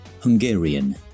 Hungarian